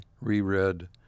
reread